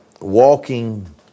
walking